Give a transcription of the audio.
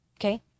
Okay